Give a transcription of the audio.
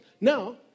Now